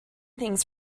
things